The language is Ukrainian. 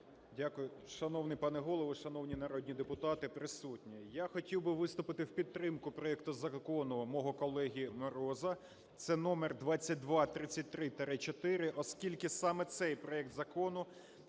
Дякую. Шановний пане Голово! Шановні народні депутати, присутні! Я хотів би виступити в підтримку проекту Закону мого колеги Мороза – це номер 2233-4, – оскільки саме цей проект закону